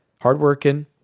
hardworking